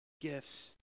gifts